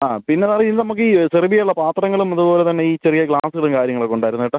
ആ പിന്നെ സാറേ ഇത് നമ്മൾക്ക് സെർവ് ചെയ്യാൻ ഉള്ള പാത്രങ്ങളും അതുപോലെ തന്നെ ഈ ചെറിയ ഗ്ലാസുകളും കാര്യങ്ങളെക്കെ ഉണ്ടായിരുന്നു കേട്ടാ